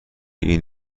این